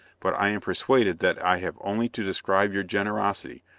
but i am persuaded that i have only to describe your generosity,